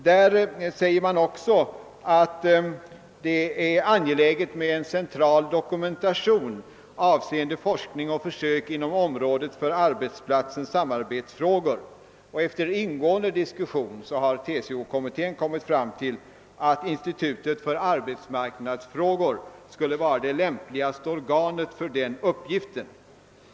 Där säger man också att det är angeläget med en central dokumentation avseende forskning och försök inom området för arbetsplatsens samarbetsfrågor, och efter ingående diskussion har TCO-kommittén kommit fram till att institutet för arbetsmarknadsfrågor skulle vara det lämpliga organet för uppgiften.